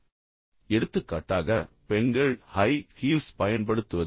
நான் கொடுத்த சில உதாரணங்கள் எடுத்துக்காட்டாக பெண்கள் ஹை ஹீல்ஸ் பயன்படுத்துவது